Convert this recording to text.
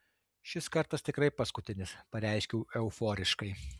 šis kartas tikrai paskutinis pareiškiau euforiškai